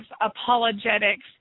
apologetics